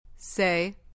Say